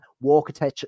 Walker